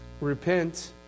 repent